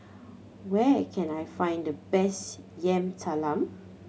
where can I find the best Yam Talam